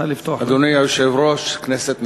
אדוני היושב-ראש, כנסת נכבדה,